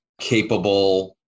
capable